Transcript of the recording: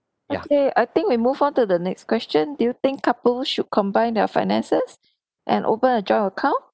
okay I think we move on to the next question do you think couple should combine their finances and open a joint account